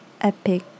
epic